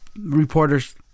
reporters